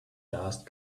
dust